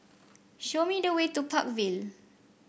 show me the way to Park Vale